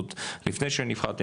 עוד לפני שנבחרתי,